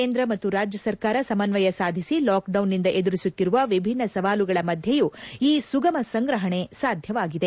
ಕೇಂದ್ರ ಮತ್ತು ರಾಜ್ಯ ಸರ್ಕಾರ ಸಮನ್ವಯ ಸಾಧಿಸಿ ಲಾಕ್ ಡೌನ್ನಿಂದ ಎದುರಿಸುತ್ತಿರುವ ವಿಭಿನ್ನ ಸವಾಲುಗಳ ಮಧ್ಯೆಯೂ ಈ ಸುಗಮ ಸಂಗ್ರಹಣೆ ಸಾಧ್ಯವಾಗಿದೆ